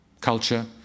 culture